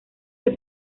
que